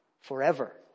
forever